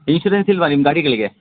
insurance ಇಲ್ಲವಾ ನಿಮ್ಮ ಗಾಡಿಗಳಿಗೆ